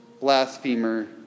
blasphemer